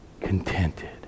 contented